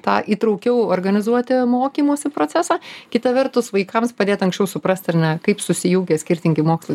tą įtraukiau organizuoti mokymosi procesą kita vertus vaikams padėt anksčiau suprast ar ne kaip susijungia skirtingi mokslai